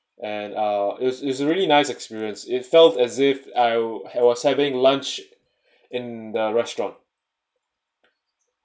and uh is is really nice experience it felt as if I was having lunch in the restaurant